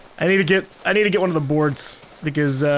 i need to get, i need to get one of the board's because